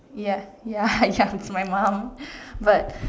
yes ya ya with my mum but